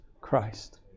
Christ